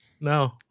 No